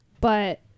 But-